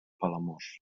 palamós